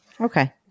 Okay